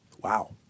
Wow